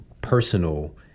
personal